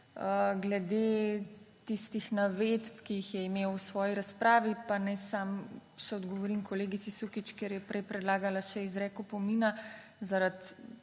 Glede tistih navedb, ki jih je imel v svoji razpravi, pa naj samo še odgovorim kolegici Sukič, ker je prej predlagala še izrek opomina zaradi